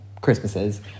Christmases